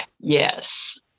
yes